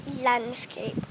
Landscape